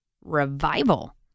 Revival